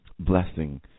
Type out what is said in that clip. blessing